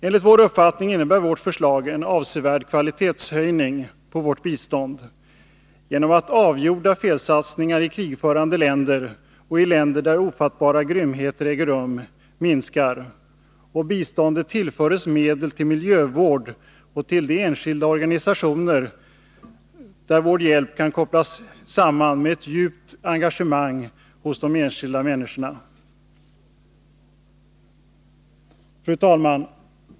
Enligt vår uppfattning innebär vårt förslag en avsevärd kvalitetshöjning på vårt bistånd genom att avgjorda felsatsningar i krigförande länder och i länder där ofattbara grymheter äger rum minskar och biståndet tillförs medel till miljövård och till de enskilda organisationerna, där vår hjälp kopplas samman med ett djupt engagemang hos de enskilda människorna. Fru talman!